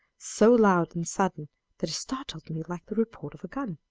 so loud and sudden that it startled me like the report of a gun.